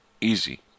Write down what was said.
Easy